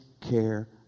care